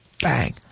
Bang